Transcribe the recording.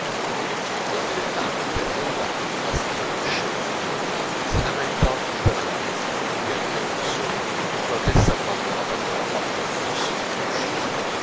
negli ultimi giorni dell'anno chiarinella non la si riconosceva più si lamentava tutta la notte piangendo sola con la testa abbandonata che aveva fatto il fosso nel cuscino